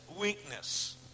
weakness